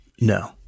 No